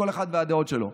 כל אחד והדעות שלו,